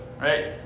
right